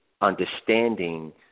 understanding